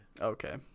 Okay